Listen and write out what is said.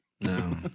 No